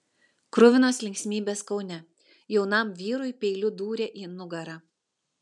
kruvinos linksmybės kaune jaunam vyrui peiliu dūrė į nugarą